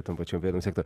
tom pačiom pėdom sektų